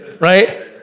right